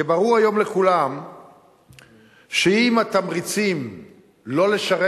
כי ברור היום לכולם שאם התמריצים לא לשרת